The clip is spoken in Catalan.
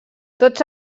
tots